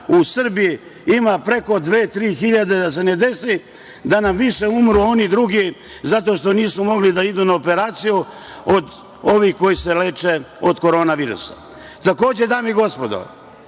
u Srbiji ima preko dve-tri hiljade, da se ne desi da nam više umru oni drugi zato što nisu mogli da idu na operaciju, od ovih koji se leče od korona virusa. Takođe, dame i gospodo,